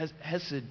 hesed